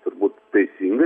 turbūt teisingai